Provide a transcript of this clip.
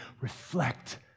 reflect